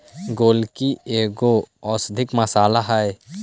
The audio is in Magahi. गोलकी एगो औषधीय मसाला हई